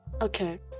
okay